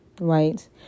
right